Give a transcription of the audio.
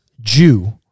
Jew